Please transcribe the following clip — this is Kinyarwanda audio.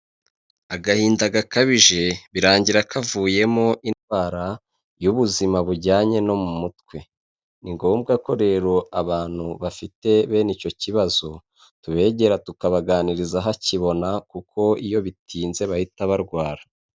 Agahinda gakabije birangira kavuyemo indwara y'ubuzima bujyanye no mu mutwe. Ni ngombwa ko rero abantu bafite bene icyo kibazo tubegera tukabaganiriza hakibona kuko iyo bitinze bahita barwara.